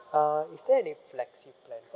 uh is there any flexi plan